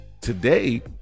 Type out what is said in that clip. Today